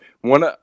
One